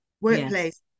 workplace